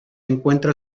encuentra